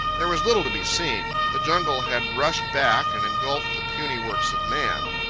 there was little to be seen. the jungle had rushed back and engulfed the puny works of man.